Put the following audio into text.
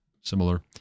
similar